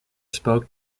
spoke